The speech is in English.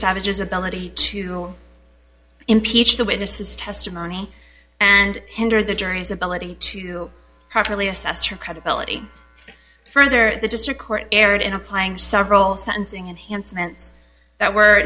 savages ability to impeach the witness's testimony and hinder the journey's ability to properly assess her credibility further the district court erred in applying several sentencing and hansen's that were